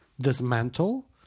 dismantle